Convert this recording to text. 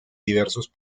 diversos